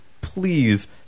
please